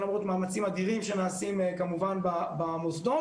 וזה למרות מאמצים אדירים שנעשים כמובן במוסדות,